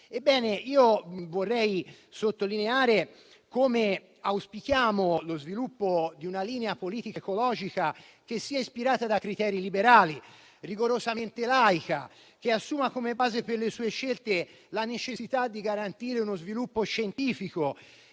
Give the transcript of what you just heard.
Ebbene, vorrei sottolineare come auspichiamo lo sviluppo di una linea politica ecologica che sia ispirata da criteri liberali, rigorosamente laica, che assuma come base per le sue scelte la necessità di garantire uno sviluppo scientifico